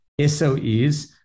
SOEs